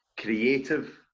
creative